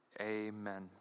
amen